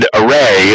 array